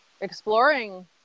exploring